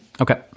Okay